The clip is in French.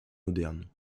modernes